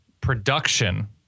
production